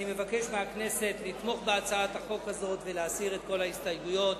אני מבקש מהכנסת לתמוך בהצעת החוק הזו ולהסיר את כל ההסתייגויות.